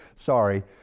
Sorry